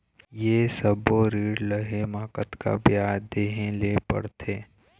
ये सब्बो ऋण लहे मा कतका ब्याज देहें ले पड़ते?